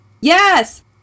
yes